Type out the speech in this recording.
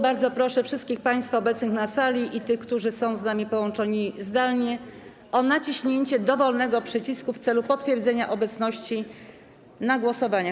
Bardzo proszę wszystkich państwa obecnych na sali i tych, którzy są z nami połączeni zdalnie, o naciśnięcie dowolnego przycisku w celu potwierdzenia obecności na głosowaniach.